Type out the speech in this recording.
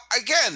again